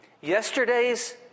Yesterday's